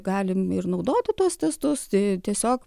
galim ir naudoti tuos testus tai tiesiog